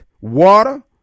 water